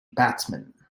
batsman